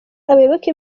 abayoboke